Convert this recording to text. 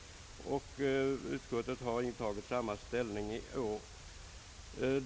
Utskottet har intagit samma ställning i år.